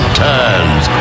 turns